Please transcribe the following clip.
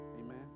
Amen